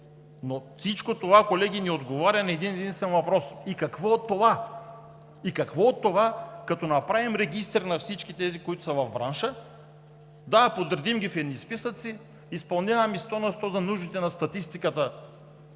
но всичко това, колеги, не отговаря на един единствен въпрос: и какво от това? И какво от това, като направим регистър на всички тези, които са в бранша, подредим ги в едни списъци, изпълняваме сто на сто за нуждите на статистиката;